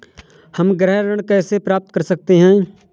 हम गृह ऋण कैसे प्राप्त कर सकते हैं?